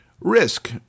risk